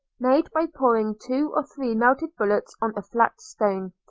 made by pouring two or three melted bullets on a flat stone,